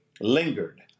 lingered